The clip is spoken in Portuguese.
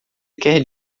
quer